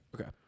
Okay